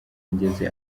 ngeze